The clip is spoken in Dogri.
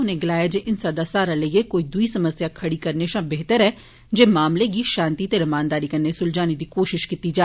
उनै गलाया जे हिंसा दा सहारा लेइयै कोई दुई समस्या खड़ी करने शा बेहतर ऐ जे मुद्दें गी अमन रमानदारी कन्नै सुलझाने दी कोशिश कीती जा